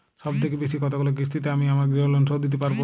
সবথেকে বেশী কতগুলো কিস্তিতে আমি আমার গৃহলোন শোধ দিতে পারব?